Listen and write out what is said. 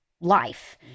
life